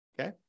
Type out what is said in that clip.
Okay